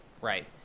Right